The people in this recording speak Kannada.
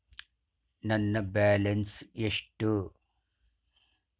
ನನ್ನ ಬ್ಯಾಲೆನ್ಸ್ ಎಷ್ಟು?